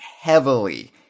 heavily